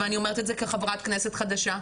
ואני אומרת את זה כחברת כנסת חדשה,